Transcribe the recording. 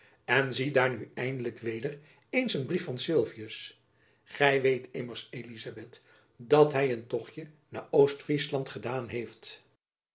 en ziedaar nu eindelijk weder eens een brief van sylvius gy weet immers elizabeth dat hy een tochtjen naar oostfriesland gedaan heeft